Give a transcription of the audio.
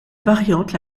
variante